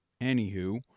anywho